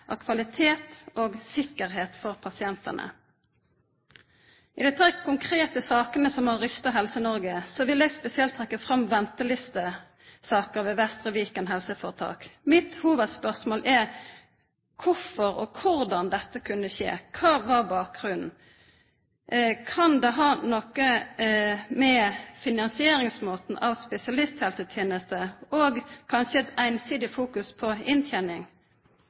av kvalitet og tryggleik for pasientane. I dei tre konkrete sakene som har skaka Helse-Noreg, vil eg spesielt trekkja fram ventelistesaker ved Vestre Viken helseføretak. Mitt hovudspørsmål er: Korfor og korleis kunne dette skje? Kva var bakgrunnen? Kan det ha noko å gjera med finansieringsmåten av spesialisthelsetenesta og kanskje ei einsidig fokusering på inntening?